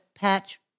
patch